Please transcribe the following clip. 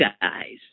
guys